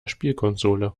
spielkonsole